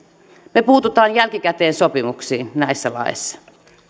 me puutumme jälkikäteen sopimuksiin näissä laeissa